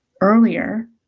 earlier